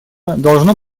должно